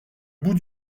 bout